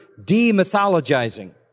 demythologizing